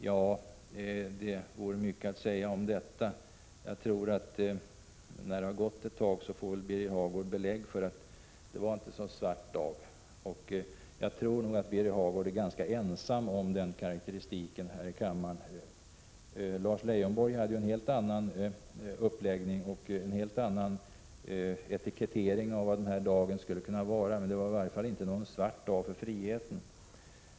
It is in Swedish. Om detta vore mycket att säga, men jag tror att Birger Hagård när det har gått ett tag får belägg för att det inte var en så svart dag. Och jag tror nog Birger Hagård är ganska ensam här i kammaren om den karakteristiken. Lars Leijonborg hade en helt annan etikettering av den här dagen, och den gick i varje fall inte ut på att det skulle vara en svart dag för friheten.